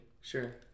Sure